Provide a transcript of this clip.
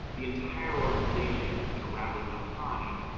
the entire organization is going to rally behind,